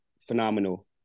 phenomenal